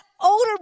older